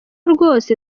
rwose